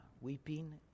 weeping